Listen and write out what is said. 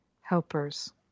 helpers